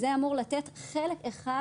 זה אמור לתת חלק אחד,